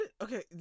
Okay